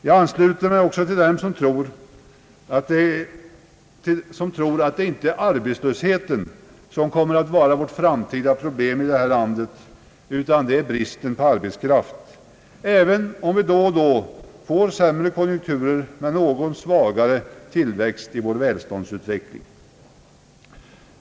Jag ansluter mig också till dem som tror att det inte är arbetslösheten som kommer att vara vårt framtida problem här i landet utan bristen på arbetskraft, även om vi då och då får sämre konjunkturer med något svagare tillväxt i vår välståndsutveckling.